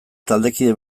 taldekide